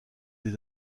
des